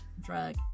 drug